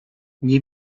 nie